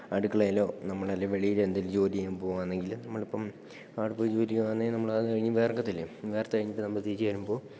അടുക്കളയിലോ നമ്മളല്ലേ വെളിയിലോ എന്തേലും ജോലി ചെയ്യാന് പോവുകയാണെങ്കില് നമ്മളിപ്പോള് അവിടെപ്പോയി ജോലി ചെയ്യുകയാണെങ്കില് നമ്മളത് കഴിഞ്ഞു വിയര്ക്കത്തില്ലേ വിയര്ത്തു കഴിഞ്ഞിട്ട് നമ്മള് തിരിച്ചുവരുമ്പോള്